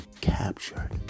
captured